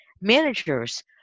managers